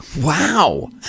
Wow